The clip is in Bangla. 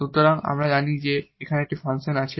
সুতরাং আমরা জানি যে এখানে একটি ফাংশন আছে